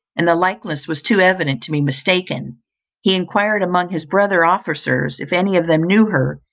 and the likeness was too evident to be mistaken he enquired among his brother officers if any of them knew her,